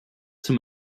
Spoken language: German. zum